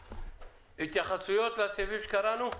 התייחסויות לסעיפים שקראנו?